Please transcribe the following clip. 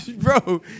Bro